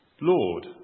Lord